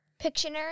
Pictionary